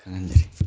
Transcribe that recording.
ꯈꯪꯍꯟꯖꯔꯤ